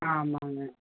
ஆமாங்க